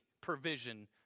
provision